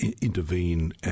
intervene